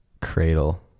Cradle